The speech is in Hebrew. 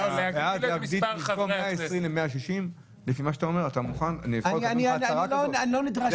ובואו נעשה את הצעד האמיץ הזה